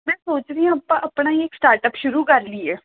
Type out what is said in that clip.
ਮੈਂ ਸੋਚ ਰਹੀ ਹਾਂ ਆਪਾਂ ਆਪਣਾ ਹੀ ਇੱਕ ਸਟਾਰਟ ਅਪ ਸ਼ੁਰੂ ਕਰ ਲਈਏ